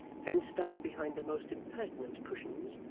fenced up behind the most impertinent cushions,